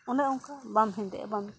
ᱚᱱᱮ ᱚᱝᱠᱟ ᱵᱟᱢ ᱦᱮᱸᱫᱮᱜᱼᱟ ᱵᱟᱢ